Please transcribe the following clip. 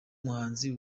muhanzi